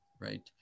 right